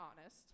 honest